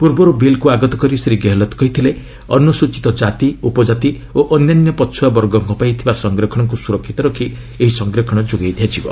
ପୂର୍ବରୁ ବିଲ୍କୁ ଆଗତ କରି ଶ୍ରୀ ଗେହେଲତ୍ କହିଥିଲେ ଅନୁସୂଚୀତ କାତି ଉପଜାତି ଓ ଅନ୍ୟାନ୍ୟ ପଛୁଆବର୍ଗଙ୍କ ପାଇଁ ଥିବା ସଂରକ୍ଷଣକୁ ସୁରକ୍ଷିତ ରଖି ଏହି ସଂରକ୍ଷଣ ଯୋଗାଇ ଦିଆଯିବ